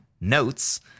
notes